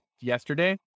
Yesterday